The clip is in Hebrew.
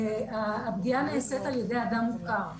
הפגיעה נעשית על ידי אדם מוכר.